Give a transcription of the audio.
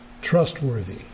trustworthy